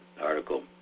Article